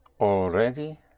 already